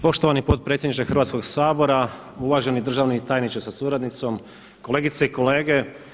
Poštovani potpredsjedniče Hrvatskog sabora, uvaženi državni tajniče sa suradnicom, kolegice i kolege.